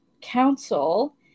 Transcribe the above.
council